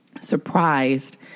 surprised